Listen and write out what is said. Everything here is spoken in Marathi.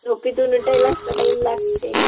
झोपेतून उठायलाच तर टाईम लागते